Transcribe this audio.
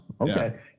Okay